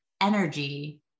energy